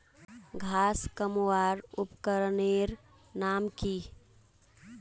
घांस कमवार उपकरनेर नाम की?